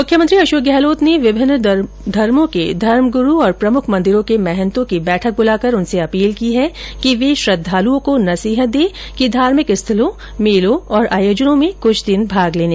मुख्यमंत्री अशोक गहलोत ने विभिन्न धर्मो के धर्मगुरू और प्रमुख मंदिरों के महन्तों की बैठक बुलाकर उनसे अपील की है कि वे श्रद्वालूओं को नसीहत दें कि धार्मिक स्थलों मेलों और आयोजनों में कुछ दिन भाग लेने से बचें